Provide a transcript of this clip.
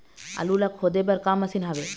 आलू ला खोदे बर का मशीन हावे?